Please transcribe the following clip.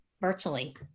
virtually